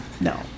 no